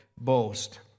boast